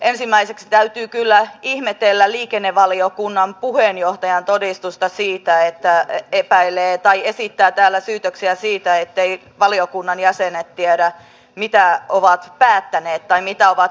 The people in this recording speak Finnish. ensimmäiseksi täytyy kyllä ihmetellä liikennevaliokunnan puheenjohtajan todistusta siitä että epäilee tai esittää täällä syytöksiä siitä etteivät valiokunnan jäsenet tiedä mitä ovat päättäneet tai mitä ovat esittäneet